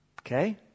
okay